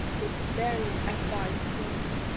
with mary at thy feet,